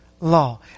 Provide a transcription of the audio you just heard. Law